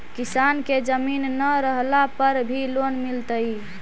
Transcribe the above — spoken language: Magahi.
किसान के जमीन न रहला पर भी लोन मिलतइ?